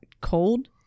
cold